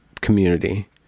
community